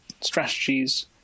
strategies